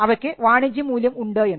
അവക്ക് വാണിജ്യ മൂല്യം ഉണ്ട് എന്ന്